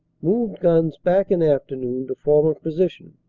moved guns back in afternoon former position.